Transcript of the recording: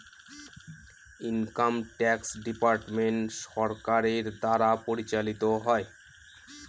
income tax department সরকারের দ্বারা পরিচালিত হয়